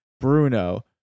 Bruno